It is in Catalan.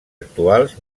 actuals